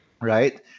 Right